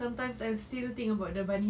sometimes I still think about the bunny chow